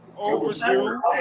overdue